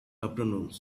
afternoons